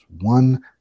one